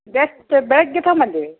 just ಬೆಳಗ್ಗೆ ತಗೊಂಬಂದೀವಿ